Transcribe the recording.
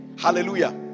hallelujah